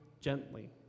gently